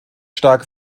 stark